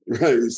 right